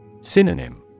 Synonym